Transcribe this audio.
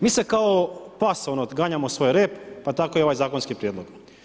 Mi se kao pas ono ganjamo svoj rep, pa tako i ovaj zakonski prijedlog.